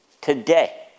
today